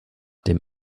dem